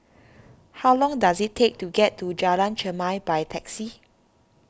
how long does it take to get to Jalan Chermai by taxi